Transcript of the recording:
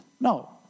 No